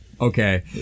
Okay